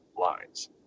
lines